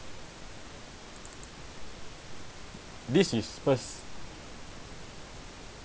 this is first